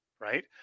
right